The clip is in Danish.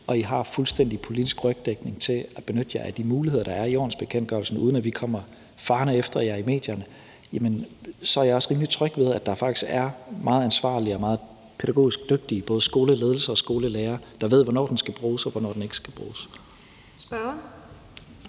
og I har fuldstændig politisk rygdækning til at benytte jer af de muligheder, der er i ordensbekendtgørelsen, uden at vi kommer farende efter jer i medierne, at der faktisk er meget ansvarlige og meget pædagogisk dygtige både skoleledelser og skolelærere, der ved, hvornår den skal bruges, og hvornår den ikke skal bruges. Det er